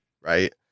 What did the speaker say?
right